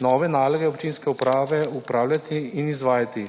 nove naloge občinske uprave upravljati in izvajati.